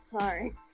sorry